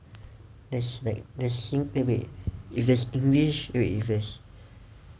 there's like there's sing~ wait if there's english wait if there's